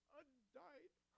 undying